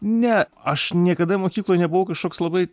ne aš niekada mokykloj nebuvau kažkoks labai